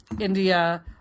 India